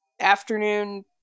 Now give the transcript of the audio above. afternoon